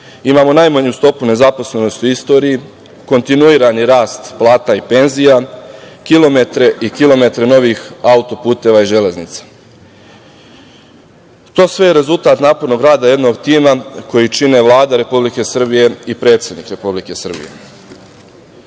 Imamo najmanju stopu nezaposlenosti u istoriji, kontinuirani rast plata i penzija, kilometre i kilometre novih auto-puteva i železnica. To sve je rezultat napornog rada jednog tima koji čine Vlada Republike Srbije i predsednik Republike